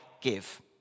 give